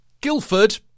Guildford